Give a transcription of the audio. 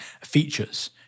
features